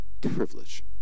privilege